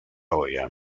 olla